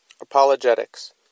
Apologetics